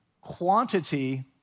quantity